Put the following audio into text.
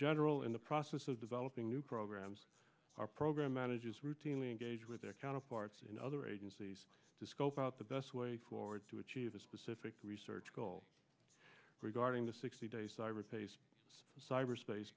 general in the process of developing new programs our program managers routinely engage with their counterparts in other agencies to scope out the best way forward to achieve a specific research goal regarding the sixty day cyberspace